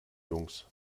jungs